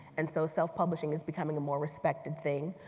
and soapself-publishing has become a more respected thing.